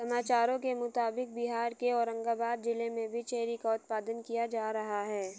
समाचारों के मुताबिक बिहार के औरंगाबाद जिला में भी चेरी का उत्पादन किया जा रहा है